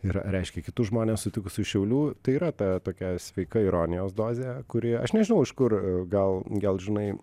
ir reiškia kitus žmones sutikus iš šiaulių tai yra ta tokia sveika ironijos dozė kuri aš nežinau iš kur gal gal žinai